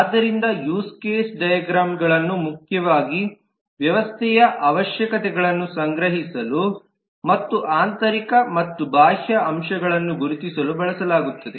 ಆದ್ದರಿಂದ use case ಡೈಗ್ರಾಮ್ಗಳನ್ನು ಮುಖ್ಯವಾಗಿ ವ್ಯವಸ್ಥೆಯ ಅವಶ್ಯಕತೆಗಳನ್ನು ಸಂಗ್ರಹಿಸಲು ಮತ್ತು ಆಂತರಿಕ ಮತ್ತು ಬಾಹ್ಯ ಅಂಶಗಳನ್ನು ಗುರುತಿಸಲು ಬಳಸಲಾಗುತ್ತದೆ